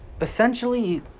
Essentially